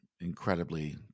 incredibly